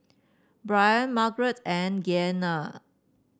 Brian Margeret and Gianna